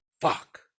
Fuck